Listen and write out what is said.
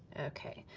okay.